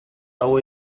hau